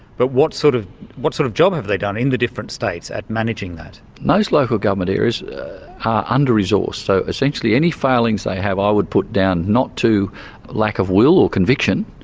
but what sort of what sort of job have they done in the different states, at managing that? most local government areas are under-resourced, so essentially, any failings they have i would put down not to lack of will or conviction,